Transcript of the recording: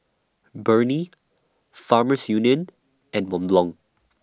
Burnie Farmers Union and Mont Blond